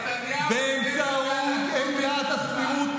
נתניהו פיטר את גלנט השר.